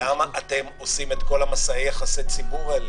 למה אתם עושים את כל מסע יחסי הציבור האלה,